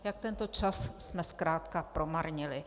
Jak tento čas jsme zkrátka promarnili.